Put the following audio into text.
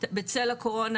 בצל הקורונה.